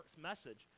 message